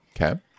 Okay